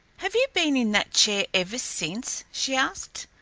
have you been in that chair ever since? she asked.